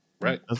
Right